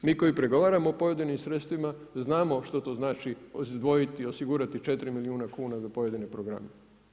Mi koji pregovaramo o pojedinim sredstvima, znamo što to znači izdvojiti i osigurati 4 milijuna kuna za pojedine programe.